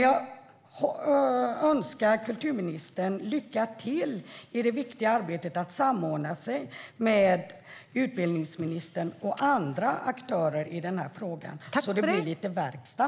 Jag önskar kulturministern lycka till i det viktiga arbetet med att samordna sig med utbildningsministern och andra aktörer i denna fråga så att det blir lite verkstad.